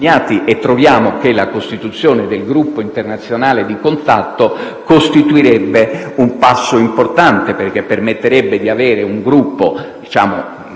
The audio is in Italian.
e troviamo che la costituzione del gruppo internazionale di contatto rappresenterebbe un passo importante, perché permetterebbe di avere un gruppo permanente,